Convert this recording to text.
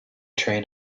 train